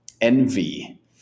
Envy